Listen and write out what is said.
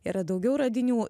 yra daugiau radinių